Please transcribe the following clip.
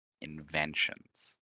inventions